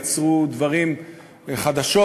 ייצרו חדשות.